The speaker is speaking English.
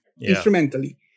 instrumentally